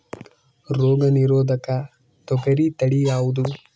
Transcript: ರೋಗ ನಿರೋಧಕ ತೊಗರಿ ತಳಿ ಯಾವುದು?